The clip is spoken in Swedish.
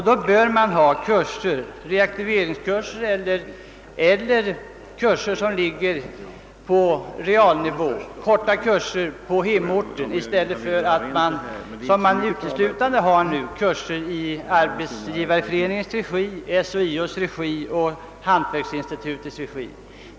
Då bör det finnas re aktiveringskurser eller kurser på realnivå, och det skall vara korta kurser på hemorten i stället för de som nu bedrives i =: Arbetsgivareföreningens, SHIO:s och Hantverksinstitutets regi.